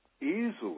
easily